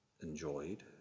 enjoyed